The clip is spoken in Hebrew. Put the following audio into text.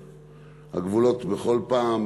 הגבולות בכל פעם,